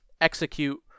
execute